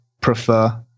prefer